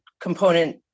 component